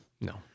No